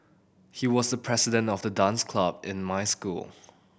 he was the president of the dance club in my school